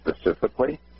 specifically